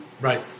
Right